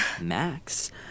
Max